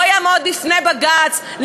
לא יעמוד בפני בג"ץ.